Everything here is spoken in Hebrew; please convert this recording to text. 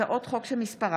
הצעות חוק שמספרן